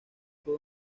fue